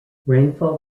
rainfall